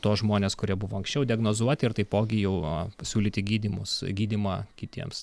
tuos žmones kurie buvo anksčiau diagnozuoti ir taipogi jau pasiūlyti gydymus gydymą kitiems